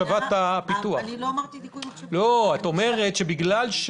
אני מדבר על דיכוי מחשבת הפיתוח, לא דיכוי המחשבה.